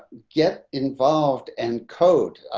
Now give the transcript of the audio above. get involved and code.